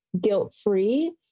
guilt-free